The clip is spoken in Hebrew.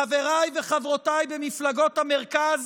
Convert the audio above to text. חבריי וחברותיי במפלגות המרכז,